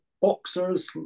boxers